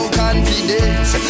confidence